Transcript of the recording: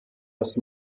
das